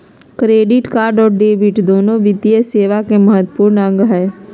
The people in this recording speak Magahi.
क्रेडिट और डेबिट दोनो वित्तीय सेवा के महत्त्वपूर्ण अंग हय